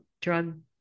drug